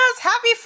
Happy